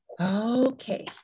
Okay